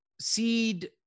Seed